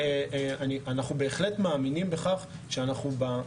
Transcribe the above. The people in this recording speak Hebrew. אנחנו בהחלט מאמינים בכך שאנחנו נשיג את התוצאות